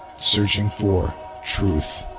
searching for truth